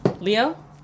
Leo